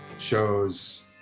shows